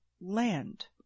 land